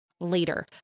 later